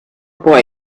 boy